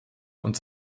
und